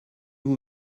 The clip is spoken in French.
vous